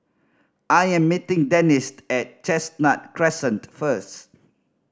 I am meeting Dennis at Chestnut Crescent first